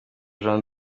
jean